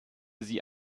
sie